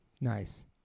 nice